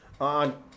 on